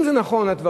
אם זה נכון, הדברים,